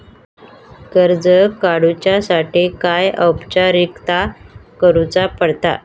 कर्ज काडुच्यासाठी काय औपचारिकता करुचा पडता?